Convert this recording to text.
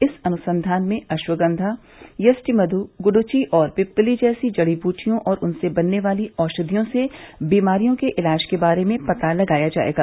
इस अनुसंधान में अश्वगंधा यष्टिमधु गुडुचि और पिप्पली जैसी जड़ी बूटियों और उनसे बनने वाली औषधियों से बीमारियों के इलाज के बारे में पता लगाया जाएगा